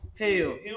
Hell